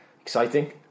Exciting